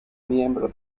miembro